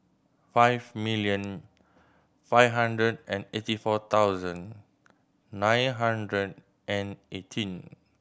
five million five hundred and eighty four thousand nine hundred and eighteen